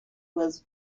was